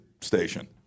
station